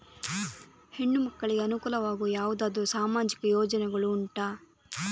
ಹೆಣ್ಣು ಮಕ್ಕಳಿಗೆ ಅನುಕೂಲವಾಗುವ ಯಾವುದಾದರೂ ಸಾಮಾಜಿಕ ಯೋಜನೆಗಳು ಉಂಟಾ?